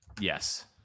Yes